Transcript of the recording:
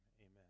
Amen